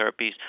therapies